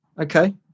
Okay